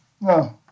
No